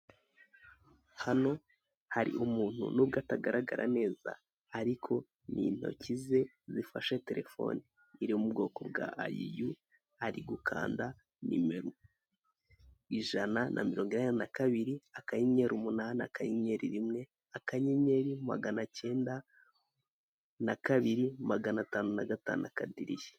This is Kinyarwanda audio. Hano hari umuntu nubwo atagaragara neza ariko ni intoki ze zifashe telefone iri mu bwoko bwa I you ari gukanda nimero ijana na mirongo inani na kabiri akanyenyeri umunani akanyenyeri rimwe akanyenyeri magana acyenda na kabiri magana atanu na gatanu akadirishya.